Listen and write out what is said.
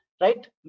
right